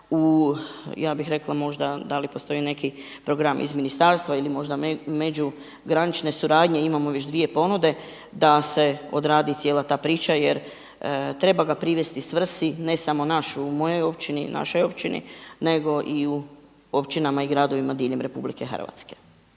ja bih rekla možda da li postoji neki program iz ministarstva ili možda međugranične suradnje, imamo već dvije ponude da se odradi cijela ta priča jer treba ga privesti svrsi, ne samo u našoj, u mojoj općini, u našoj općini nego i u općinama i gradovima diljem RH.